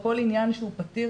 הכל עניין שהוא פתיר,